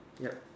yup